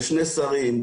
לשני שרים,